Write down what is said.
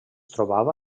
trobava